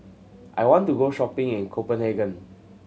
I want to go shopping in Copenhagen